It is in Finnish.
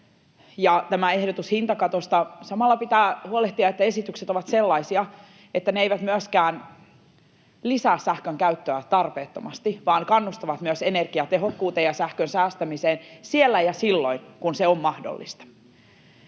ja ehdotus hintakatosta. Samalla pitää huolehtia, että esitykset ovat sellaisia, että ne eivät myöskään lisää sähkön käyttöä tarpeettomasti vaan että ne kannustavat myös energiatehokkuuteen ja sähkön säästämiseen siellä ja silloin, kun se on mahdollista.